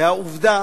והעובדה